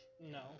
no